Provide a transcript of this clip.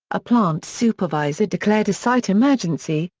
a plant supervisor declared a site emergency,